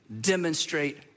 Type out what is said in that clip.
demonstrate